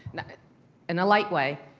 in a light way,